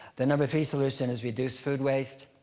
the number three solution is reduced food waste.